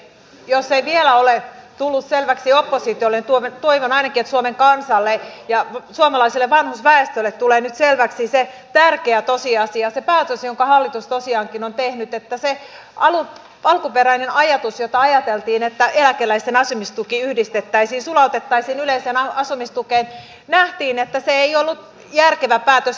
jos ei vielä ole tullut selväksi oppositiolle niin toivon että ainakin suomen kansalle ja suomalaiselle vanhusväestölle tulee nyt selväksi se tärkeä tosiasia se päätös jonka hallitus tosiaankin on tehnyt että nähtiin että se alkuperäinen ajatus että eläkeläisten asumistuki yhdistettäisiin sulautettaisiin yleiseen asumistukeen ei ollut järkevä päätös